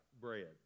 bread